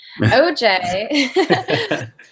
OJ